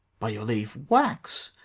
by your leave, wax.